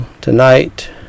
tonight